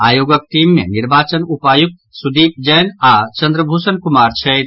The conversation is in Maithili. आयोगक टीम मे निर्वाचन उपायुकत सुदीप जैन आओर चंद्रभूषण कुमार छथि